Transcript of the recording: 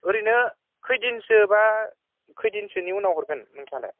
ओरैनो खैदिनसोबा खैदिनसोनि उनाव हरगोन नोंथाङालाय